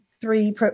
three